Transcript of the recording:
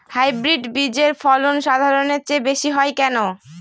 Hybrid বীজের ফলন সাধারণের চেয়ে বেশী হয় কেনো?